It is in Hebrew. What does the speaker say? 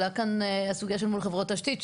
עלה כאן סוגי מול חברות תשתית,